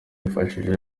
yifashishije